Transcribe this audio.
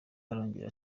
arongera